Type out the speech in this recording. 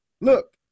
look